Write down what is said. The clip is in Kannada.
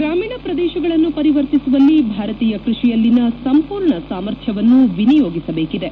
ಗ್ರಾಮೀಣ ಪ್ರದೇಶಗಳನ್ನು ಪರಿವರ್ತಿಸುವಲ್ಲಿ ಭಾರತೀಯ ಕೃಷಿಯಲ್ಲಿನ ಸಂಪೂರ್ಣ ಸಾಮರ್ಥ್ಯವನ್ನು ವಿನಿಯೋಗಿಸಬೇಕಿದೆ